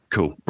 Cool